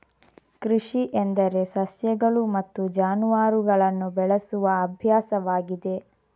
ಕೃಷಿ ಎಂದರೆ ಸಸ್ಯಗಳು ಮತ್ತು ಜಾನುವಾರುಗಳನ್ನು ಬೆಳೆಸುವ ಅಭ್ಯಾಸವಾಗಿದೆ